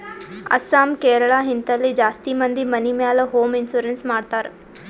ಅಸ್ಸಾಂ, ಕೇರಳ, ಹಿಂತಲ್ಲಿ ಜಾಸ್ತಿ ಮಂದಿ ಮನಿ ಮ್ಯಾಲ ಹೋಂ ಇನ್ಸೂರೆನ್ಸ್ ಮಾಡ್ತಾರ್